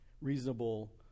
reasonable